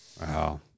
Wow